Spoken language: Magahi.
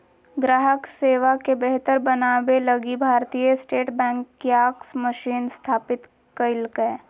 ग्राहक सेवा के बेहतर बनाबे लगी भारतीय स्टेट बैंक कियाक्स मशीन स्थापित कइल्कैय